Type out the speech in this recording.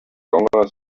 longer